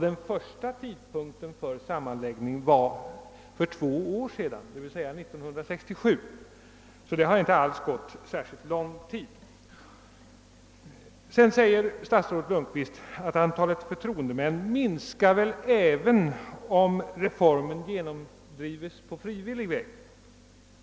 Den första tidpunkten för sammanläggningen var 1967 — alltså för två år sedan — så det har inte alls gått särskilt lång tid. Statsrådet Lundkvist säger att antalet förtroendemän skulle ha minskat även om reformen genomdrivits på frivillig väg.